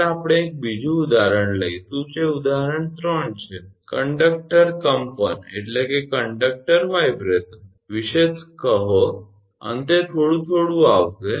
આગળ આપણે એક બીજું ઉદાહરણ લઈશું જે ઉદાહરણ 3 છે કંડક્ટર કંપન વિશે કહો અંતે થોડું થોડું આવશે